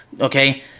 okay